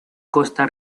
costa